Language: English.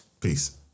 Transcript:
Peace